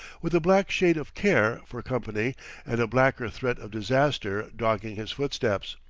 with the black shade of care for company and a blacker threat of disaster dogging his footsteps.